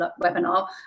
webinar